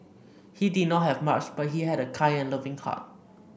he did not have much but he had a kind and loving heart